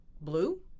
blue